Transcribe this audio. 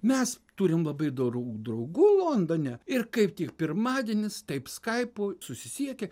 mes turim labai dorų draugų londone ir kaip tik pirmadienis taip skaipu susisiekia